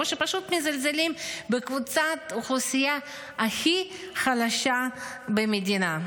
שפשוט מזלזלים בקבוצת האוכלוסייה הכי חלשה במדינה.